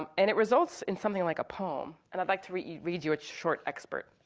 um and it results in something like a poem. and i'd like to read read you a short expert,